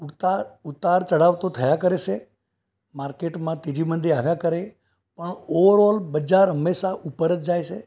પૂરતાં ઉતાર ચઢાવ તો થયા કરે છે માર્કેટમાં તેજી મંદી આવ્યા કરે આમ ઓવરઑલ બજાર હંમેશા ઉપર જ જાય છે